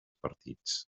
partits